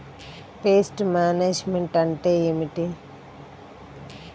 Pest management అంటే ఏమిటి?